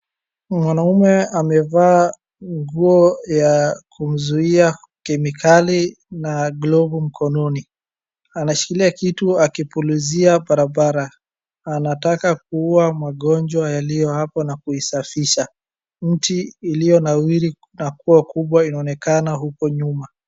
Mwanaume amevaa nguo ya kumzuia kemikali na glovu mkononi. Anashikilia kitu akipulizia barabara. Anataka kuua magonjwa yaliyo hapo na kuisafisha. Mti iliyonawiri na kuwa kubwa inaonekana huko nyuma.